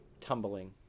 tumbling